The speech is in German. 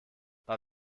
bei